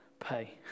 pay